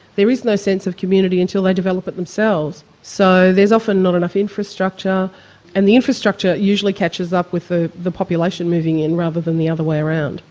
there is no sense of community until they develop it themselves. so there's often not enough infrastructure and the infrastructure usually catches up with ah the population moving in rather than the other way around.